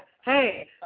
hey